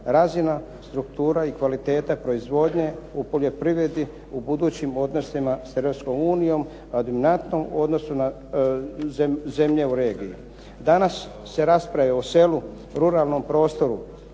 razina, struktura i kvaliteta proizvodnje u poljoprivredi u budućim odnosima s Europskom unijom … /Govornik se ne razumije./ … u odnosu na zemlje u regiji. Danas se rasprave u selu, ruralnom prostoru